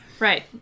Right